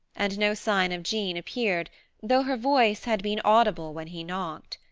and no sign of jean appeared though her voice had been audible when he knocked.